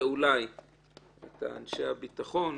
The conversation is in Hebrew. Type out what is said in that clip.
ואולי את אנשי הביטחון,